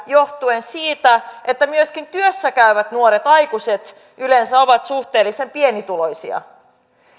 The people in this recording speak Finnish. johtuen siitä että myöskin työssä käyvät nuoret aikuiset yleensä ovat suhteellisen pienituloisia